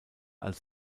als